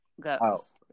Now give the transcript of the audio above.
goes